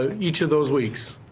ah each of those weeks.